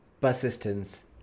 persistence